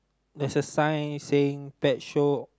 there's a sign saying pet show